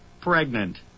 Pregnant